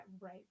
right